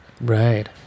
Right